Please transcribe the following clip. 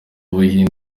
buhinde